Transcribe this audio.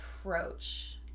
approach